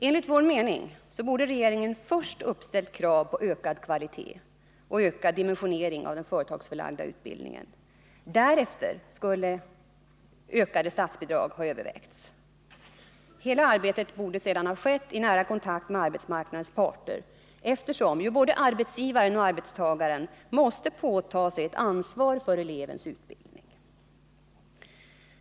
Enligt vår mening borde regeringen först ha uppställt krav på ökad kvalitet och ökad dimensionering av den företagsförlagda utbildningen. Därefter skulle ökade statsbidrag ha övervägts. Hela arbetet borde ha skett i nära kontakt med arbetsmarknadens parter, eftersom ju både arbetsgivaren och arbetstagaren måste påta sig ett ansvar för elevens utbildning.